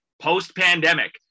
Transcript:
post-pandemic